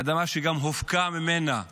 אדמה שגם הופקע ממנה לכבישים,